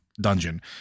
dungeon